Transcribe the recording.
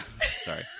Sorry